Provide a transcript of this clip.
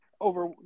over